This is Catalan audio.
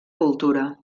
cultura